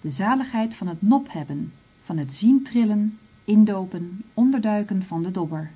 de zaligheid van het nop hebben van het zien trillen indoopen onderduiken van den dobber